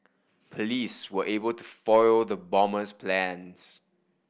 police were able to foil the bomber's plans